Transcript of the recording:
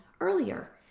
earlier